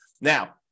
now